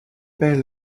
paix